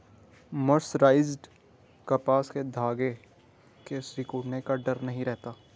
mercerised कपास के धागों के सिकुड़ने का डर नहीं रहता